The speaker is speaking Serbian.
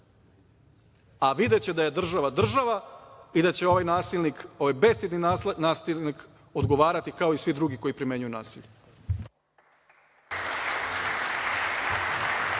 a videće da je država država i da će ovaj bestidni nasilnik odgovarati, kao i svi drugi koji primenjuju nasilje.